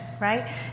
right